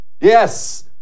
Yes